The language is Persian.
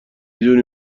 دونی